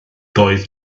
doedd